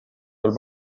tal